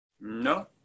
No